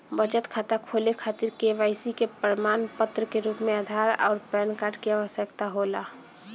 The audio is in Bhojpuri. बचत खाता खोले खातिर के.वाइ.सी के प्रमाण के रूप में आधार आउर पैन कार्ड की आवश्यकता होला